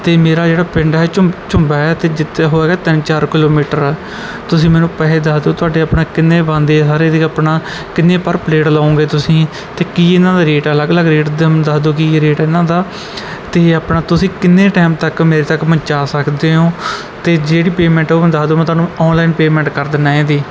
ਅਤੇ ਮੇਰਾ ਜਿਹੜਾ ਪਿੰਡ ਹੈ ਇਹ ਝੂ ਝੂੰਬਾ ਹੈ ਅਤੇ ਜਿੱਥੋਂ ਹੋਏਗਾ ਤਿੰਨ ਚਾਰ ਕਿਲੋਮੀਟਰ ਤੁਸੀਂ ਮੈਨੂੰ ਪੈਸੇ ਦੱਸ ਦਿਓ ਤੁਹਾਡੇ ਆਪਣਾ ਕਿੰਨੇ ਬਣਦੇ ਆ ਸਾਰੇ ਦੇ ਆਪਣਾ ਕਿੰਨੀ ਪਰ ਪਲੇਟ ਲਾਉਗੇ ਤੁਸੀਂ ਅਤੇ ਕੀ ਇਹਨਾਂ ਦਾ ਰੇਟ ਅਲੱਗ ਅਲੱਗ ਰੇਟ ਦਾ ਮੈਨੂੰ ਦਸ ਦਿਓ ਕੀ ਰੇਟ ਇਹਨਾਂ ਦਾ ਅਤੇ ਆਪਣਾ ਤੁਸੀਂ ਕਿੰਨੇ ਟਾਈਮ ਤੱਕ ਮੇਰੇ ਤੱਕ ਪਹੁੰਚਾ ਸਕਦੇ ਹੋ ਅਤੇ ਜਿਹੜੀ ਪੇਮੈਂਟ ਉਹ ਦੱਸ ਦਿਓ ਮੈਂ ਤੁਹਾਨੂੰ ਔਨਲਾਈਨ ਪੇਮੈਂਟ ਕਰ ਦਿੰਦਾ ਇਹਦੀ